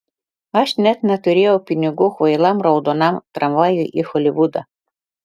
aš net neturėjau pinigų kvailam raudonam tramvajui į holivudą